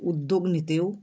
উদ্যোগ নীতিও